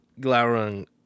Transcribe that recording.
Glaurung